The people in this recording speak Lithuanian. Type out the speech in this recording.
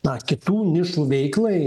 na kitų nišų veiklai